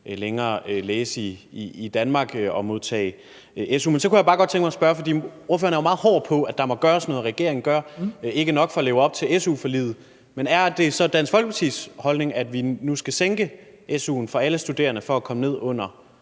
kunne læse i Danmark og modtage su. Men så kunne jeg bare godt tænke mig at spørge om noget. For ordføreren er jo meget hård i forhold til, at der må gøres noget, og at regeringen ikke gør nok for at leve op til su-forliget. Men er det så Dansk Folkepartis holdning, at vi nu skal sænke su'en for alle studerende for at komme ned under